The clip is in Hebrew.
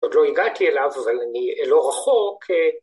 ‫עוד לא הגעתי אליו, ‫אבל אני לא רחוק.